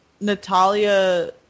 natalia